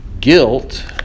Guilt